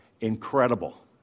Incredible